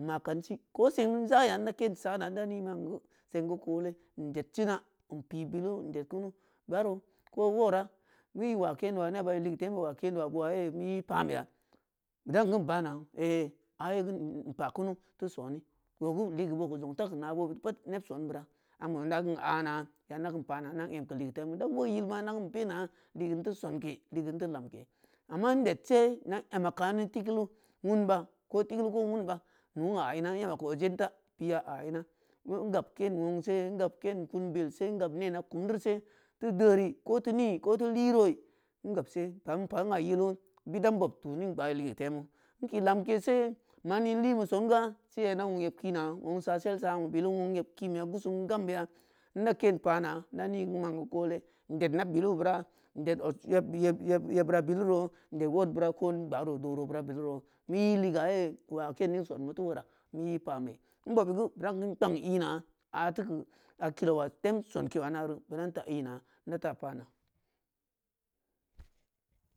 nma kaan si, ko seng di njaya nda keen sana nda ni maan geu sengu kode nded sina k-u-m bi bilu nded kunu gbaaro ko woora mu ee wakendowa ‘enba’i ligeu temu wa kendo wa bowa lēl mu ipan beya, bu dan ki yaan ba na, a’ee aye geu npa kunu ti soni bu geu ligeu bo geu songta geu nabobin pad neb soon bira am ko nda kin a-ana yan da kin pan̄a nang em geu ligeu temu dan woii yil ma na kiin bena ligeum ti sonke ligeum ti lamke, amma’ nded se na’a n’ema ka’ani feu geulu wunba ko teugendu ko wunba nu’u in a’a ina n’ema keu ojedn ta pii ya a’a ina m-u ngab keen wong se ngab keen kun belse ngab nena kuumtureu se ti duereu ko ti nii ko ti liroi ngab se pa-n pan ai yilu bin dan bob fu ning gbaai ligeu femu nki lamke se maan inlin be so’onga sai yan na wong yeb kiina wong sa sel saan be bi-lu wong yeb kiin beya kusum gambeya nda keen pa’na na nii ‘eug maan yeu kole nded neb bilu be bira nded od yeb. Yeb – yeb—yebura bilu roo nded wood beura ko gbaaro dor’o beura bilu roo mu eē liga yee waken ning soon mu ti wora mu ee pa’an be, nbobi geu buran kin kpang iina a’a figeu agkilo ‘wa fem soonke awa naroo buran ta iina nna ta pa’ na.